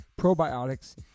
probiotics